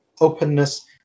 openness